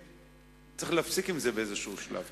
צריך להפסיק עם זה באיזה שלב.